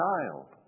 child